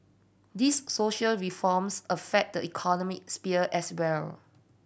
these social reforms affect the economic sphere as well